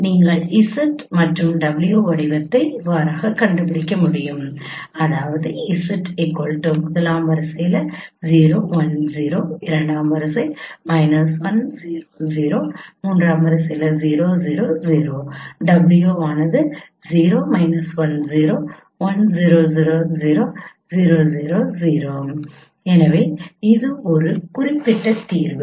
நீங்கள் z மற்றும் W வடிவத்தை கண்டுபிடிக்க முடியும் எனவே இது ஒரு குறிப்பிட்ட தீர்வு